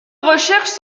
recherches